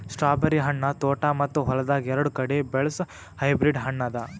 strawberry ಹಣ್ಣ ತೋಟ ಮತ್ತ ಹೊಲ್ದಾಗ್ ಎರಡು ಕಡಿ ಬೆಳಸ್ ಹೈಬ್ರಿಡ್ ಹಣ್ಣ ಅದಾ